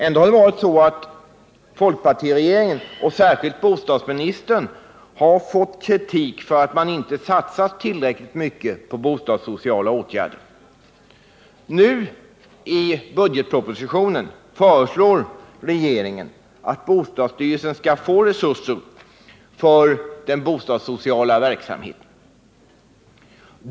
Ändå har det varit så att folkpartiregeringen och särskilt bostadsministern har fått kritik för att man inte har satsat tillräckligt på bostadssociala åtgärder. I budgetpropositionen föreslår nu regeringen att bostadsstyrelsen skall få resurser för den bostadssociala verksamheten.